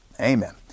Amen